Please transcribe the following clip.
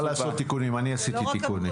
אפשר לעשות תיקונים, אני עשיתי תיקונים.